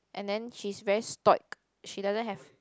and then she's very stoic she doesn't have